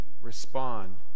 respond